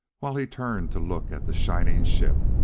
while he turned to look at the shining ship.